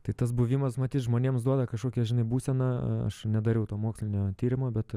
tai tas buvimas matyt žmonėms duoda kažkokią žinai būseną aš nedariau to mokslinio tyrimo bet